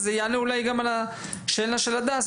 וזה יענה אולי גם על השאלה של הדס,